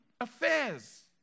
affairs